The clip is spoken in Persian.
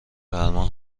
فرما